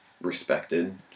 respected